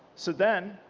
so then,